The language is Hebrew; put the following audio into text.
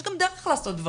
יש גם דרך לעשות דברים.